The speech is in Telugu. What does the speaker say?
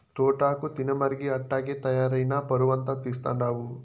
తోటాకు తినమరిగి అట్టాగే తయారై నా పరువంతా తీస్తండావు